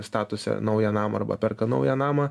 statosi naują namą arba perka naują namą